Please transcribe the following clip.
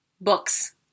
books